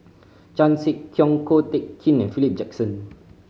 Chan Sek Keong Ko Teck Kin and Philip Jackson